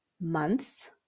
months